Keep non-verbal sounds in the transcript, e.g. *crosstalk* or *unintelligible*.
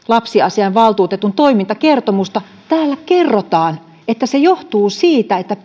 lapsiasiainvaltuutetun toimintakertomusta täällä kerrotaan että se johtuu siitä että *unintelligible*